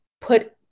put